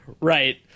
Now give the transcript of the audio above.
Right